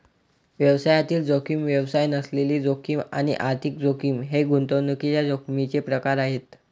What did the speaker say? व्यवसायातील जोखीम, व्यवसाय नसलेली जोखीम आणि आर्थिक जोखीम हे गुंतवणुकीच्या जोखमीचे प्रकार आहेत